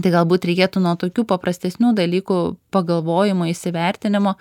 tai galbūt reikėtų nuo tokių paprastesnių dalykų pagalvojimo įsivertinimo